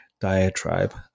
diatribe